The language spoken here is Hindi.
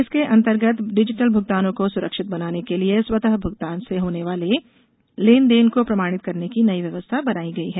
इसके अंतर्गत डिजिटल भुगतानों को सुरक्षित बनाने के लिए स्वतः भुगतान से होने वाले लेन देन को प्रमाणित करने की नई व्यवस्था बनाई गई है